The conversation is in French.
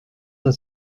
d’un